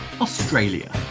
Australia